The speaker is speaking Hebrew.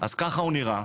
אז ככה הוא נראה.